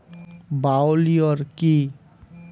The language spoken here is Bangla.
বায়ো লিওর কি?